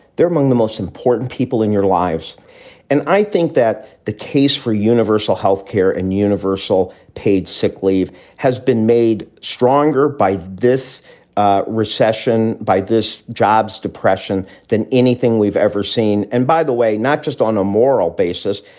they're among the most important people in your lives and i think that the case for universal health care and universal paid sick leave has been made stronger by this ah recession, by this jobs depression than anything we've ever seen. and by the way, not just on a moral basis,